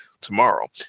tomorrow